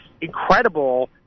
incredible